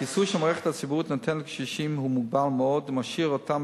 הכיסוי שהמערכת הציבורית נותנת לקשישים הוא מוגבל מאוד ומשאיר אותם,